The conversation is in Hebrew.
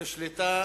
נשלטה